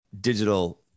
digital